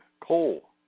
coal